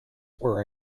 were